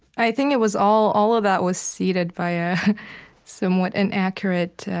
i think it was all all of that was seeded by a somewhat inaccurate,